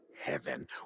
heaven